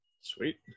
Sweet